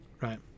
right